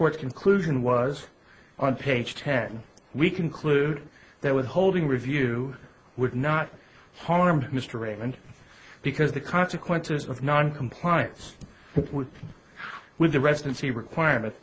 court conclusion was on page ten we conclude that withholding review would not harm mr raymond because the consequences of noncompliance with the residency requirement